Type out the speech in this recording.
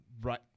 right